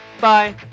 Bye